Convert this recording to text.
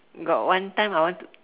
got one time I want to